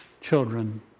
children